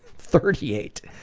thirty eight?